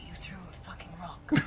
threw a fucking rock.